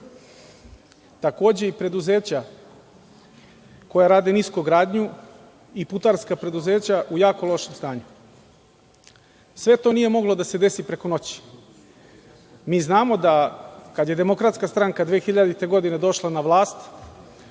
takođe i preduzeća koja rade niskogradnju i putarska preduzeća u jako lošem stanju. Sve to nije moglo da se desi preko noći. Mi znamo da, kada je Demokratska stranka 2000. godine došla na vlast,